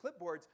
clipboards